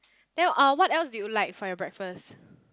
then uh what else do you like for your breakfast